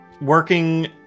Working